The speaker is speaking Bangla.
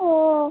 ও